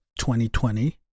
2020